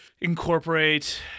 incorporate